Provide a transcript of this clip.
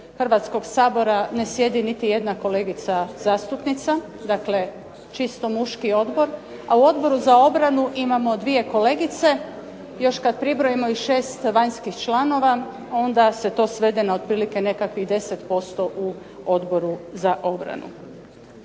Hrvatskog sabora ne sjedi niti jedna kolegica zastupnica, dakle čisto muški odbor. A u Odboru za obranu imamo dvije kolegice. Još kada pribrojimo još 6 vanjskih članova, onda se to svede na otprilike nekakvih 10% u Odboru za obranu.